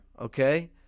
okay